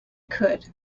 could